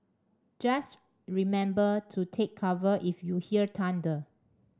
just remember to take cover if you hear thunder